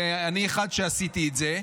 ואני אחד שעשיתי את זה,